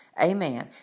amen